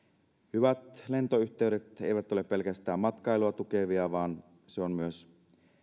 hyvät lentoyhteydet eivät ole pelkästään matkailua tukevia vaan ne ovat myös